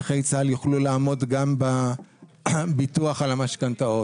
נכי צה"ל יוכלו לעמוד גם בביטוח על המשכנתאות.